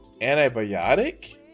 antibiotic